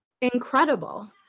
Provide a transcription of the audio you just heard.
incredible